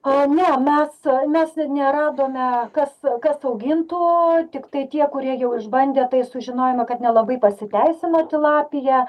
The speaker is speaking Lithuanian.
o ne mes ar mes neradome kas kas augintų tiktai tie kurie jau išbandė tai sužinojome kad nelabai pasiteisino tilapija